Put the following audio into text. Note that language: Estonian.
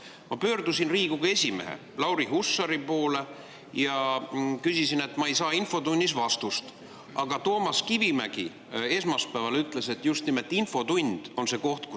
Ma pöördusin Riigikogu esimehe Lauri Hussari poole ja [märkisin], et ma ei saa infotunnis vastust. Aga Toomas Kivimägi esmaspäeval ütles, et just nimelt infotund on see koht,